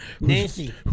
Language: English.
Nancy